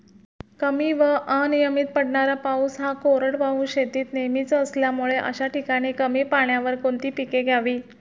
कमी व अनियमित पडणारा पाऊस हा कोरडवाहू शेतीत नेहमीचा असल्यामुळे अशा ठिकाणी कमी पाण्यावर कोणती पिके घ्यावी?